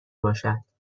باشد